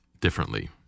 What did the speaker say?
differently